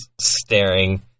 staring